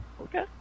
okay